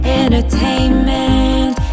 entertainment